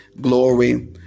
Glory